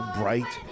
bright